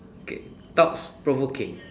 okay thoughts provoking